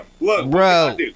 Bro